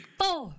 four